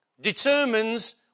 determines